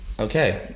Okay